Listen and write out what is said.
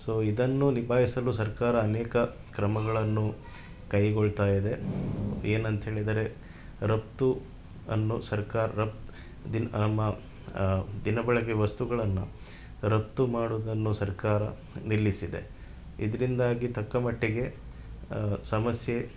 so ಇದನ್ನು ನಿಭಾಯಿಸಲು ಸರ್ಕಾರ ಅನೇಕ ಕ್ರಮಗಳನ್ನು ಕೈಗೊಳ್ತಾಯಿದೆ ಏನಂತೇಳಿದರೆ ರಫ್ತು ಅನ್ನೋ ಸರ್ಕಾರ ರಫ್ ದಿನ ಆ ಮ ದಿನ ಬಳಕೆ ವಸ್ತುಗಳನ್ನು ರಫ್ತು ಮಾಡೋದನ್ನು ಸರ್ಕಾರ ನಿಲ್ಲಿಸಿದೆ ಇದರಿಂದಾಗಿ ತಕ್ಕಮಟ್ಟಿಗೆ ಸಮಸ್ಯೆ